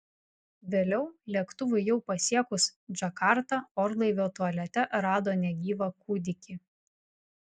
vėliau lėktuvui jau pasiekus džakartą orlaivio tualete rado negyvą kūdikį